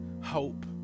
hope